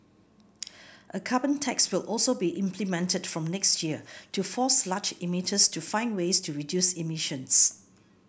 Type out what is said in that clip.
a carbon tax will also be implemented from next year to force large emitters to find ways to reduce emissions